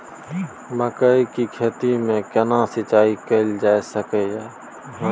मकई की खेती में केना सिंचाई कैल जा सकलय हन?